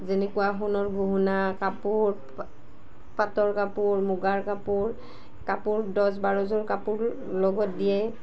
যেনেকুৱা সোণৰ গহনা কাপোৰ পাটৰ কাপোৰ মুগাৰ কাপোৰ কাপোৰ দছ বাৰযোৰ কাপোৰ লগত দিয়ে